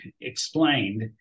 explained